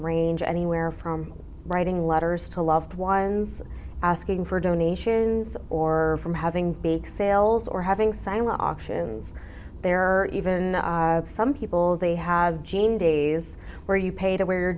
range anywhere from writing letters to loved ones asking for donations or from having bake sales or having sign options there are even some people they have jane days where you pay to wear